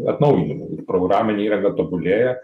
atnaujinimai ir programinė įranga tobulėja